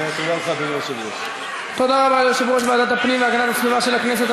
תודה רבה ליושב-ראש של ועדת הפנים והגנת הסביבה של הכנסת.